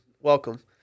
Welcome